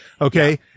Okay